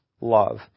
love